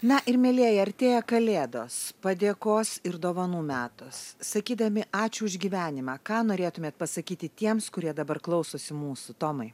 na ir mielieji artėja kalėdos padėkos ir dovanų metas sakydami ačiū už gyvenimą ką norėtumėt pasakyti tiems kurie dabar klausosi mūsų tomai